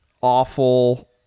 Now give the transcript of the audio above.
awful